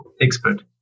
expert